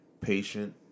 patient